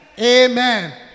Amen